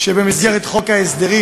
שבמסגרת חוק ההסדרים,